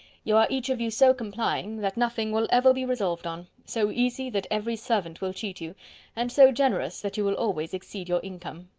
you are each of you so complying, that nothing will ever be resolved on so easy, that every servant will cheat you and so generous, that you will always exceed your income.